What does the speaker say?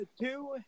two